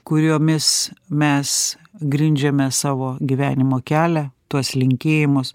kuriomis mes grindžiame savo gyvenimo kelią tuos linkėjimus